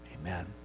amen